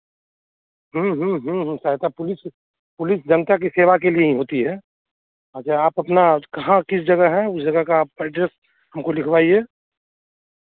ह्म्म ह्म्म ह्म्म ह्म्म सहायता पुलिस पुलिस जनता की सेवा के लिए ही होती है अच्छा आप अपना कहाँ किस जगह हैं उस जगह का आप एड्रेस हमको लिखवाइए